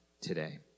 today